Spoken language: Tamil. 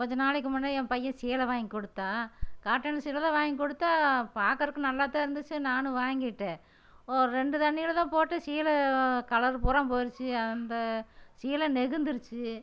கொஞ்சம் நாளைக்கு முன்பு என் பையன் சேலை வாங்கிக் கொடுத்தான் காட்டன் சேலை தான் வாங்கிக் கொடுத்தான் பார்க்கறக்கும் நல்லாதான் இருந்துச்சு நானும் வாங்கிவிட்டேன் ஓரு ரெண்டு தண்ணியில் தான் போட்டேன் சேலை கலர் பூராவும் போயிடுச்சி அந்த சேலை நெகுந்துடுச்சி